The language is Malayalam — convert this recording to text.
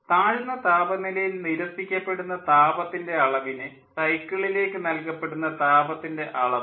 താഴ്ന്ന താപനിലയിൽ നിരസിക്കപ്പെടുന്ന താപത്തിൻ്റെ അളവിനെ സൈക്കിളിലേക്ക് നൽകപ്പെടുന്ന താപത്തിൻ്റെ അളവ്